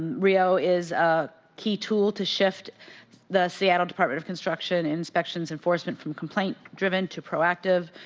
rio is a key tool to shift the seattle department of construction inspections enforcement from complaint driven to pro active.